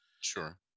sure